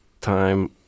time